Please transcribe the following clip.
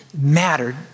mattered